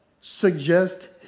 suggest